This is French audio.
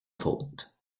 faute